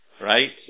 right